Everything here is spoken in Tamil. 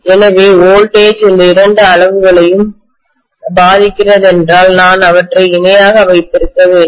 எனவே வோல்டேஜ் இந்த இரண்டு அளவுகளையும் பாதிக்கிறதென்றால் நான் அவற்றை இணையாக வைத்திருக்க வேண்டும்